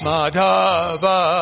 Madhava